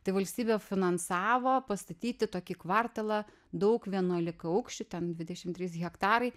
tai valstybė finansavo pastatyti tokį kvartalą daug vienuolikaaukščių ten dvidešim trys hektarai